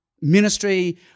ministry